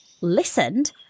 listened